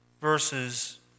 Verses